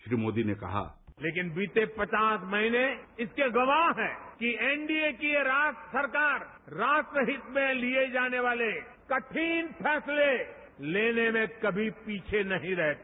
श्री मोदी ने कहा लेकिन बीते पचास महीने इसके गवाह हैं कि एनडीए की यह राष्ट्र सरकार राष्ट्र हित में लिए जाने वाले कठिन फैसले लेने में कमी पीछे नहीं रहती